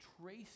trace